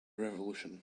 revolution